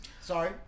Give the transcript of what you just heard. Sorry